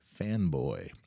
fanboy